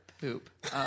poop